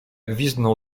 gwizdnął